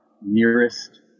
nearest